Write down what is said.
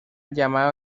llamado